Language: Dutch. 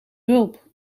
hulp